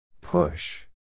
Push